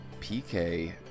PK